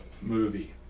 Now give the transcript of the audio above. movie